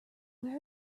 where